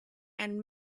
and